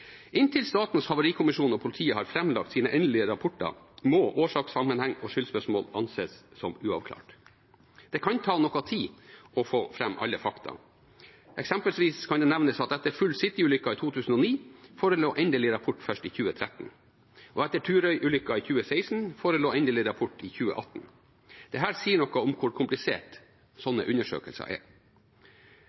Inntil Statens havarikommisjon og politiet har framlagt sine endelige rapporter, må årsakssammenheng og skyldspørsmål anses som uavklart. Det kan ta noe tid å få fram alle fakta. Eksempelvis kan det nevnes at etter «Full City»-ulykken i 2009 forelå endelig rapport først i 2013. Etter Turøy-ulykken i 2016 forelå endelig rapport i 2018. Dette sier noe om hvor kompliserte slike undersøkelser er.